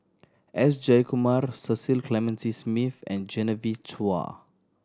S Jayakumar Cecil Clementi Smith and Genevieve Chua